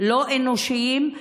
לא אנושיים,